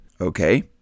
Okay